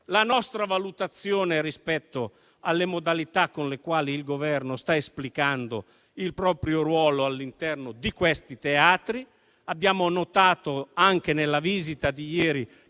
la nostra valutazione rispetto alle modalità con le quali il Governo sta esplicando il proprio ruolo all'interno di quei teatri. Abbiamo notato anche nella visita di ieri